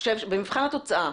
במבחן התוצאה,